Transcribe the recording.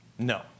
No